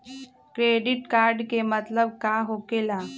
Credit card के मतलब का होकेला?